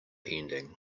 ending